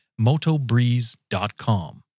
Motobreeze.com